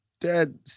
Dad